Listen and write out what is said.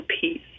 peace